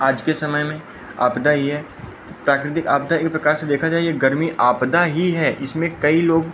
आज के समय में आपदा ही है प्राकृतिक आपदा एक प्रकार से देखा जाए यह गर्मी आपदा ही है इसमें कई लोग